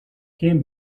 came